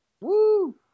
Woo